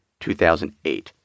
2008